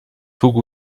hugo